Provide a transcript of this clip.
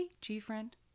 G-Friend